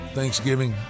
thanksgiving